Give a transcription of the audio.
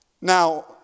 Now